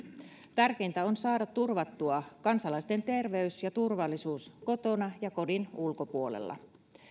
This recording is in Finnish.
tärkeintä on saada turvattua kansalaisten terveys ja turvallisuus kotona ja kodin ulkopuolella